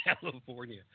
California